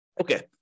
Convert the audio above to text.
Okay